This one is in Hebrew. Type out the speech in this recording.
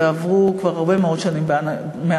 וכבר עברו הרבה מאוד שנים מאז,